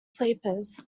sleepers